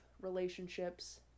relationships